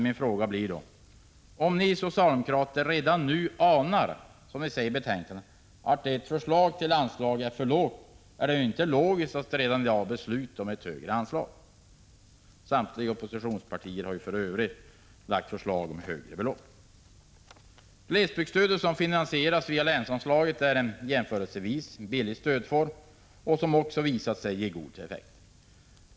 Min fråga blir därför: Om ni socialdemokrater redan nu anar, som ni säger i betänkandet, att ert förslag till anslag är för lågt, är det då inte logiskt att redan i dag besluta om ett högre anslag? Samtliga oppositionspartier har för övrigt lagt fram förslag om högre belopp. Glesbygdsstödet, som finansieras via länsanslaget, är en jämförelsevis billig stödform som visat sig ge god effekt.